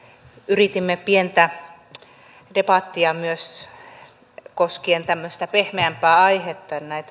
yritimme pientä debattia myös koskien pehmeämpää aihetta